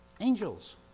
Angels